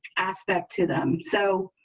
aspect to them. so,